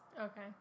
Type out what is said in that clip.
Okay